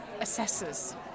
assessors